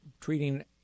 treating